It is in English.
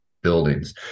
buildings